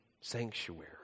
sanctuary